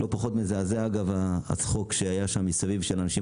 לא פחות מזעזע הצחוק שהיה של אנשים